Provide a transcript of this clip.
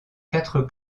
quatre